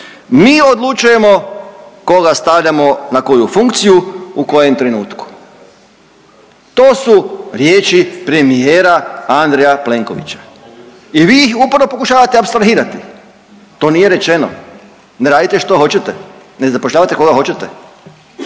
„Mi odlučujemo koga stavljamo na koju funkciju u kojem trenutku.“ To su riječi premijera Andreja Plenkovića i vi ih uporno pokušavate apsolvirati. To nije rečeno? Ne radite što hoćete? Ne zapošljavate koga hoćete?